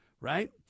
right